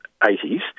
80s